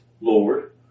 Lord